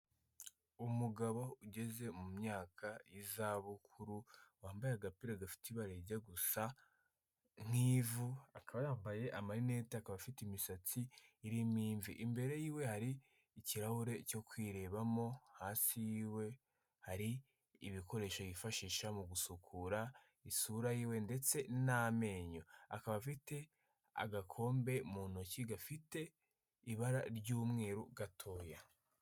Umugabo ugeze mu myaka y'izabukuru, wambaye agapira gafite ibara rijya gusa nk'ivu, akaba yambaye amarinete, akaba afite imisatsi irimo imvi, imbere yiwe hari ikirahure cyo kwirebamo, hafi yiwe hari ibikoresho yifashisha mu gusukura isura yiwe ndetse n'amenyo. Akaba afite agakombe mu ntoki gafite ibara ry'umweru gatoya.